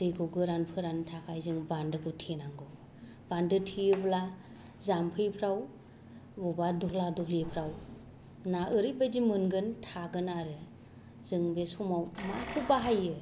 दैखौ गोरान फोराननो थाखाय जों बान्दोखौ थेनांगौ बान्दो थेयोब्ला जामफैफ्राव बबावबा दहला दहलिफ्राव ना ओरैबायदि मोनगोन थागोन आरो जों बे समाव बेखौ बाहायो